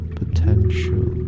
potential